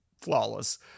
flawless